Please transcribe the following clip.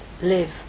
live